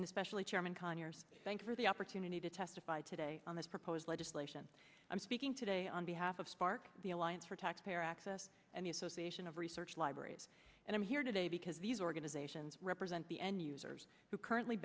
and especially chairman conyers thank you for the opportunity to testify today on this proposed legislation i'm speaking today on behalf of spark the alliance for tax payer access and the association of research libraries and i'm here today because these organizations represent the end users who currently